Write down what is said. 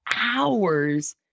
hours